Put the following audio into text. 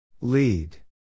Lead